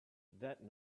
that